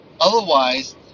otherwise